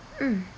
mm